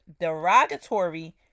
derogatory